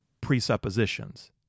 presuppositions